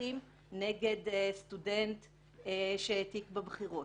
הליכים נגד סטודנט שהעתיק בבחינות.